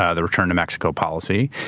ah the return to mexico policy.